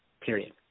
period